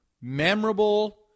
memorable